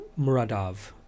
Muradov